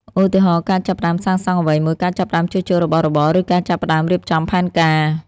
ឧទាហរណ៍ ការចាប់ផ្ដើមសាងសង់អ្វីមួយ ការចាប់ផ្ដើមជួសជុលរបស់របរ ឬការចាប់ផ្ដើមរៀបចំផែនការ។